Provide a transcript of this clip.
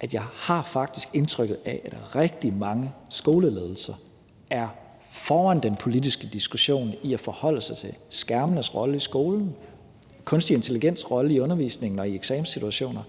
at jeg faktisk har indtrykket af, at rigtig mange skoleledelser er foran den politiske diskussion i forhold til at forholde sig til skærmenes rolle i skolen og til kunstig intelligens' rolle i undervisningen og i eksamenssituationer.